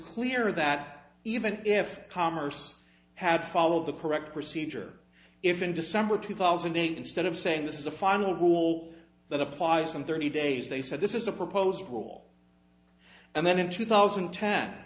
clear that even if commerce had followed the correct procedure if in december two thousand and instead of saying this is a final rule that applies in thirty days they said this is a proposed rule and then in two thousand t